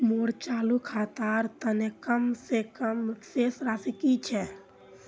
मोर चालू खातार तने कम से कम शेष राशि कि छे?